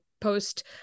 post